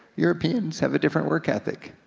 europeans have a different work ethic.